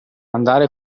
andare